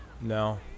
No